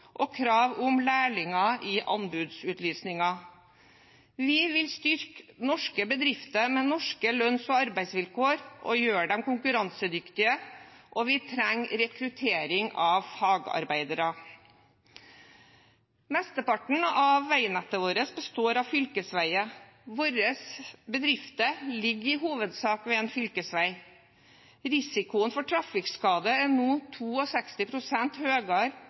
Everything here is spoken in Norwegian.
og krav om lærlinger i anbudsutlysninger. Vi vil styrke norske bedrifter med norske lønns- og arbeidsvilkår og gjøre dem konkurransedyktige, og vi trenger rekruttering av fagarbeidere. Mesteparten av veinettet vårt består av fylkesveier. Bedriftene våre ligger i hovedsak ved en fylkesvei. Risikoen for trafikkskade er nå